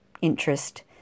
interest